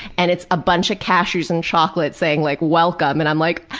and it's a bunch of cashews and chocolates, saying like welcome and i'm like,